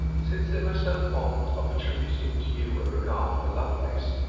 since they were so fond of attributing to you a regard for lovelace,